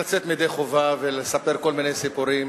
לצאת ידי חובה ולספר כל מיני סיפורים